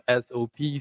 SOPs